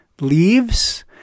leaves